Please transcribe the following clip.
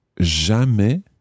jamais